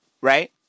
right